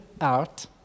out